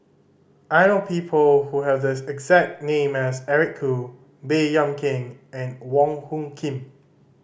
I know people who have the exact name as Eric Khoo Baey Yam Keng and Wong Hung Khim